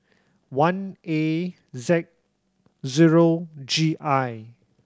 one A Z zero G I